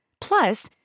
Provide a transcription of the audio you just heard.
Plus